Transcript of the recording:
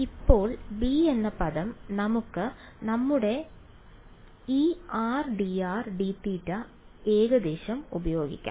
ഇപ്പോൾ b എന്ന പദം നമുക്ക് നമ്മുടെ ഈ r dr dθ ഏകദേശം ഉപയോഗിക്കാം